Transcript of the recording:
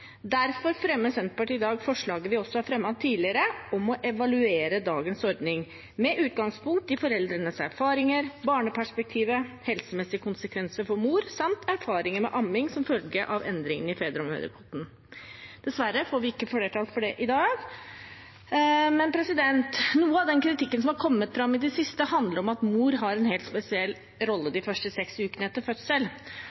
Derfor fremmer Senterpartiet i dag forslaget vi også har fremmet tidligere, om å evaluere dagens ordning med utgangspunkt i foreldrenes erfaringer, barneperspektivet, helsemessige konsekvenser for mor samt erfaringer med amming som følge av endringen i fedrekvoten. Dessverre får vi ikke flertall for det i dag. Men noe av den kritikken som har kommet fram i det siste, handler om at mor har en helt spesiell rolle